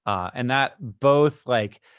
and that both, like,